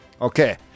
Okay